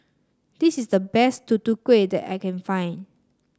this is the best Tutu Kueh that I can find